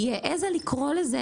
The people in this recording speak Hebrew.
והיא העזה לקרוא לזה,